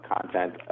content